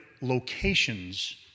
locations